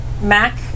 MAC